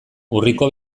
urriko